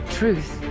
truth